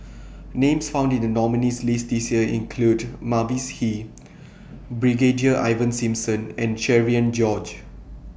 Names found in The nominees' list This Year include Mavis Hee Brigadier Ivan Simson and Cherian George